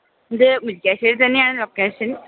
ഇത് മുരിക്കാശ്ശേരി തന്നെയാണ് ലൊക്കേഷൻ